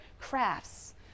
crafts